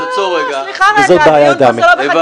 וזאת בעיה --- לא,